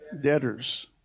debtors